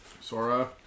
Sora